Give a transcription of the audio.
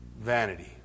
Vanity